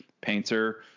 Painter